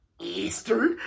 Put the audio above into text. Easter